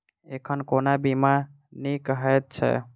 एखन कोना बीमा नीक हएत छै?